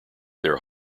their